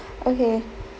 okay